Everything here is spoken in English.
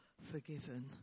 forgiven